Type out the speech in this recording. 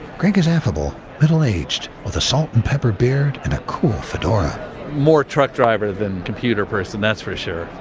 greg is affable, middle-aged with a salt and pepper beard and a cool fedora more truck driver than computer person, that's for sure.